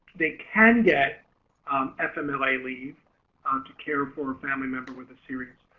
they can get fmla leave um to care for a family member with a serious